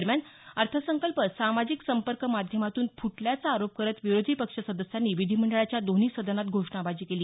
दरम्यान अर्थसंकल्प सामाजिक संपर्क माध्यमांतून फुटल्याचा आरोप करत विरोधी पक्ष सदस्यांनी विधिमंडळाच्या दोन्ही सदनात घोषणाबाजी केली